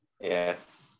Yes